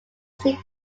sea